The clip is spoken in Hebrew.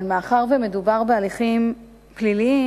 אבל מאחר שמדובר בהליכים פליליים,